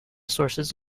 sources